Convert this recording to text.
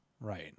right